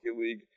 League